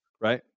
Right